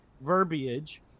verbiage